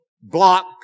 block